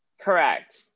Correct